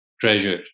treasure